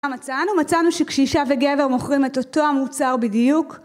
מצאנו מצאנו שכשאישה וגבר מוכרים את אותו המוצר בדיוק